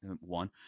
one